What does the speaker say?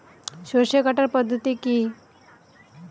সরষে কাটার পদ্ধতি কি?